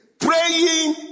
Praying